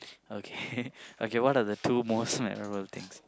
okay okay one of the two most memorable things